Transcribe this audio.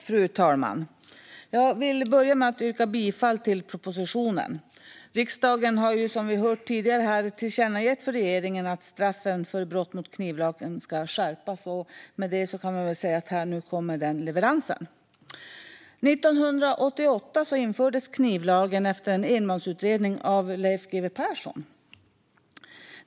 Fru talman! Jag vill börja med att yrka bifall till propositionen. Riksdagen har ju, som vi hört här tidigare, tillkännagett för regeringen att straffen för brott mot knivlagen ska skärpas. Och nu kan vi väl säga: Här kommer leveransen! Knivlagen infördes 1988 efter en enmansutredning av Leif GW Persson.